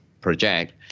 project